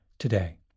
Today